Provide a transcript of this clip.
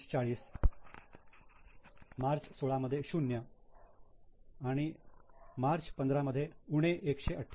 40 मार्च 16 मध्ये 0 आणि मार्च 15 मध्ये 188